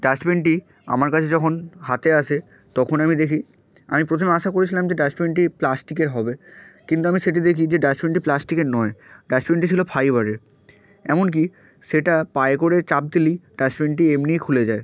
ডাস্টবিনটি আমার কাছে যখন হাতে আসে তখন আমি দেখি আমি প্রথমে আশা করেছিলাম যে ডাস্টবিনটি প্লাস্টিকের হবে কিন্তু আমি সেটি দেখি যে ডাস্টবিনটি প্লাস্টিকের নয় ডাস্টবিনটি ছিল ফাইবারের এমনকি সেটা পায়ে করে চাপ দিলিই ডাস্টবিনটি এমনিই খুলে যায়